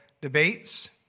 debates